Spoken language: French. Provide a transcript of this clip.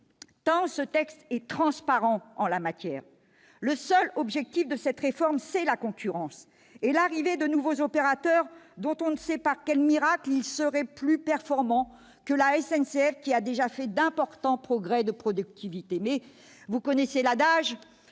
tant ce texte est transparent en la matière, le seul objectif de cette réforme est la concurrence et l'arrivée de nouveaux opérateurs qui seraient, on ne sait par quel miracle, plus performants que la SNCF, laquelle a pourtant déjà fait d'importants progrès de productivité. Toutefois, vous connaissez l'adage,